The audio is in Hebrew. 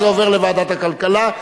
וזה עובר לוועדת הכלכלה,